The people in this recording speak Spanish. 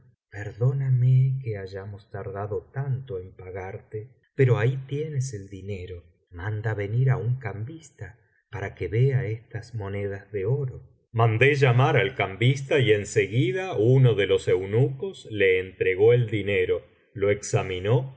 perdóname que hayamos tardado tanto en pagarte pero ahí tienes el dinero manda venir á un cambista para que vea estas monedas de oro mandé llamar al cambista y en seguida uno de los eunucos le entregó el dinero lo examinó